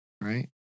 right